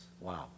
Wow